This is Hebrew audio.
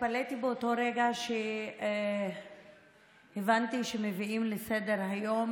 התפלאתי באותו רגע שבו הבנתי שמביאים לסדר-היום